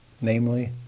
Namely